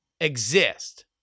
exist